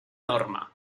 norma